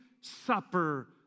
supper